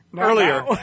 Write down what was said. Earlier